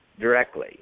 directly